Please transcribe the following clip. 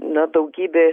na daugybė